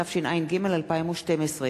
התשע"ג 2012,